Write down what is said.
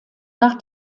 nach